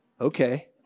okay